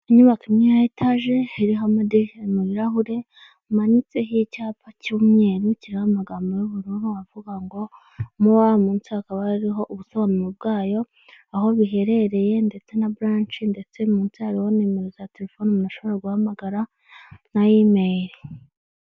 Inyubako imwe ya etage iriho amadirishya ,mubirahure hamanitseho icyapa cy'umweru kiriho amagambo y'ubururu avuga ngo muwa( MUA) munsi hakaba hariho ubusobanuro bwayo, aho biherereye ndetse na buranshi( branch ) ndetse munsi hariho numero za telefone umuntu ashobora guhamagara na imeri( email).